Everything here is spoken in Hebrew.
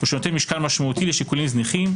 או שנותן משקל משמעותי לשיקולים זניחים,